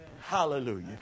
Hallelujah